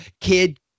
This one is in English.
kid